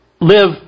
live